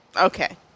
Okay